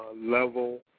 level